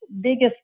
biggest